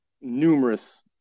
numerous